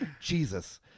Jesus